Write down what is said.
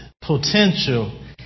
potential